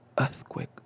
earthquake